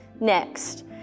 Next